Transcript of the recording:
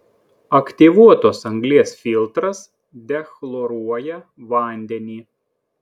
aktyvuotos anglies filtras dechloruoja vandenį